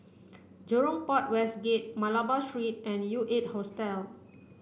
Jurong Port West Gate Malabar Street and U eight Hostel